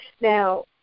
Now